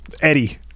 Eddie